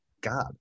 God